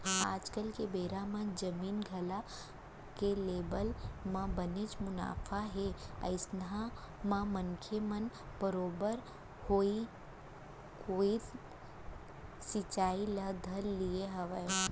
आज के बेरा म जमीन जघा के लेवब म बनेच मुनाफा हे अइसन म मनसे मन बरोबर ओइ कोइत खिंचाय ल धर लिये हावय